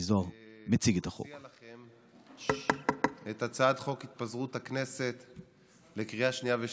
ומציג לכם את הצעת חוק התפזרות הכנסת לקריאה שנייה ושלישית.